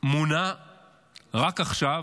מונה רק עכשיו,